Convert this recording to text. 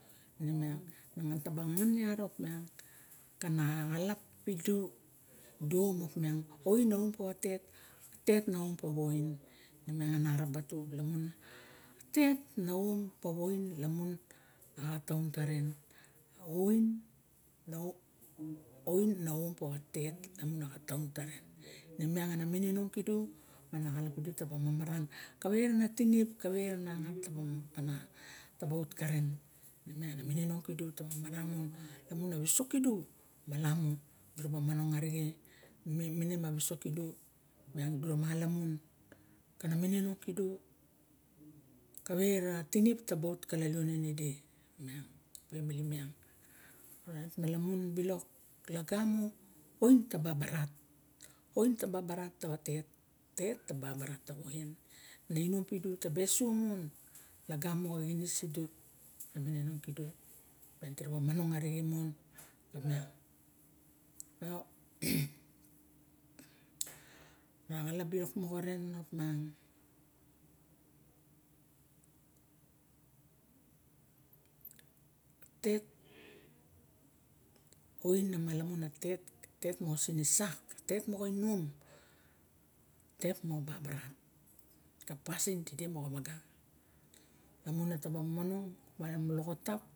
Nemiang ne taba ngan iat opiang xalop pidu du opa oin na om pawa tet- tet na om pawa oin maxan re ara ba tu laman atat na om pawa oin lamun a xataun taren a oin na om pawa tet lamun a xataun taren ne miang an mininong kidu mo na xalap pidu ta ba maran kave rana tinip kawe anagat taba manong kana taba of karen ana mininong kidu taba manong maron mon lamun a wisok kidu wala unu diraba manong arixe kana miniong kidu kave re tinip taba ot kalalnon tidu miang a pemili miang orait lagam a oin tababarat tawa te- tet babarat lamun a oin nainom kidu dirabamanong maran mon raxalap silok moxaren opiang oin na malamun a tet mo sinisap tet moxa inom tet mu babarat ka pasin tide moxa waga lamun na ta ba momong tawa inom loxotap